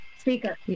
speaker